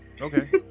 Okay